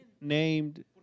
named